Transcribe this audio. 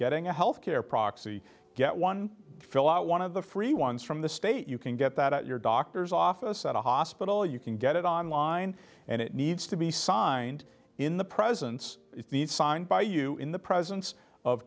getting a health care proxy get one fill out one of the free ones from the state you can get that at your doctor's office at a hospital you can get it online and it needs to be signed in the presence signed by you in the presence of